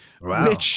Wow